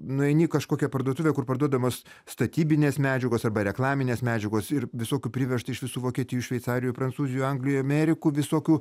nueini į kažkokią parduotuvę kur parduodamos statybinės medžiagos arba reklaminės medžiagos ir visokių privežta iš visų vokietijų šveicarijų prancūzijų anglijų amerikų visokių